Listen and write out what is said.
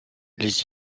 les